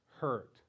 hurt